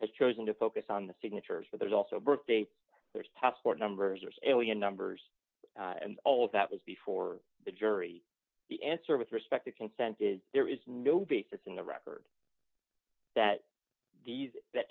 has chosen to focus on the signatures but there's also birthdate there's passport numbers or salient numbers and all of that was before the jury the answer with respect to consent is there is no basis in the record that these that